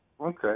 Okay